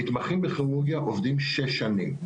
המתמחים בכירורגיה עובדים שש שנים.